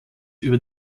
über